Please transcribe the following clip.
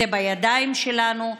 זה בידיים שלנו,